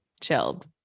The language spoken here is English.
chilled